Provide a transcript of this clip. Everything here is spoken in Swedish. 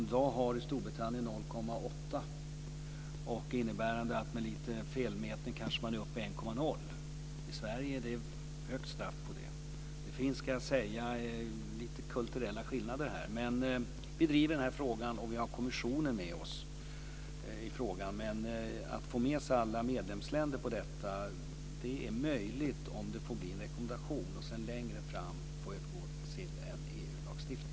I dag har Storbritannien 0,8 innebärande att man med lite felmätning kanske är uppe i 1,0. I Sverige är ett högt straff på det. Det finns lite kulturella skillnader här. Men vi driver den här frågan, och vi har kommissionen med oss. Att få med sig alla medlemsländer på detta är möjligt om det får bli en rekommendation som längre fram övergår i EU-lagstiftning.